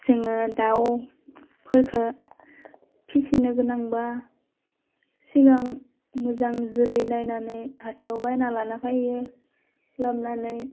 जोङो दाउफोरखो फिसिनो गोनांबा सिगां मोजां जोलै नायनानै हाथायाव बायनानै लाना फैयो लाबोनानै